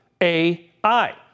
AI